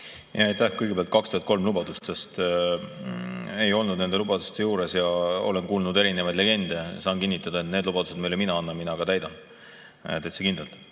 Aitäh! Kõigepealt 2003 lubadustest. Ei olnud nende lubaduste juures ja olen kuulnud erinevaid legende. Saan kinnitada, et need lubadused, mida mina annan, ma ka täidan. Täitsa kindlalt!